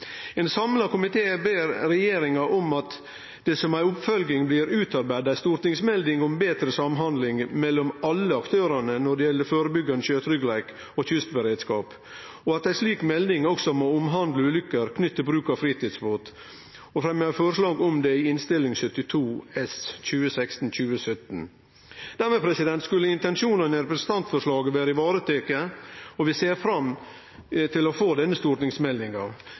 Ein samla komité ber regjeringa om at det som ei oppfølging blir utarbeidd ei stortingsmelding om betre samhandling mellom alle aktørane når det gjeld førebyggjande sjøtryggleik og kystberedskap, og at ei slik melding også må omhandle ulykker knytte til bruk av fritidsbåt, og ein fremjar forslag om det i Innst. 72 S for 2016–2017. Dermed skulle intensjonane i representantframlegget vere ivaretatt, og vi ser fram til å få denne stortingsmeldinga.